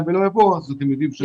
ולא יבוא אז אתם יודעים שזה לא משנה.